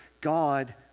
God